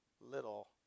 little